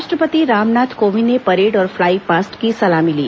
राष्ट्रपति रामनाथ कोविंद ने परेड और फ्लाई पास्ट की सलामी ली